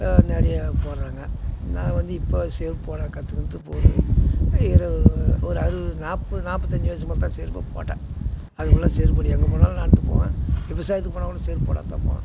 நிறையா போடுறாங்க நான் வந்து இப்போ செருப்பு போட கற்றுக்கின்னு இப்போ ஒரு இரு ஒரு அறுபது நாற்பது நாற்பத்தஞ்சி வயசுமேலே தான் செருப்பே போட்டேன் அதுக்குள்ளே செருப்பு நீ எங்கே போனாலும் நடந்து போவேன் விவசாயத்துக்கு போனால் கூட செருப்பு போடாமத்தான் போவேன்